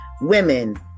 women